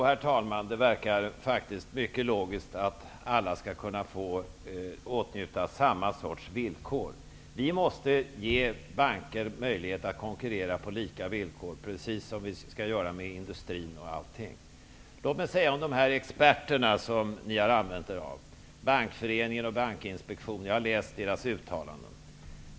Herr talman! Jo, det verkar faktiskt mycket logiskt att alla skall kunna få åtnjuta samma sorts villkor. Vi måste ge banker möjlighet att konkurrera på lika villkor, precis som vi skall göra med industrin osv. Låt mig om de experter som ni har använt er av, Bankföreningen och Bankinspektionen, säga följande. Jag har läst deras uttalanden.